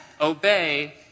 obey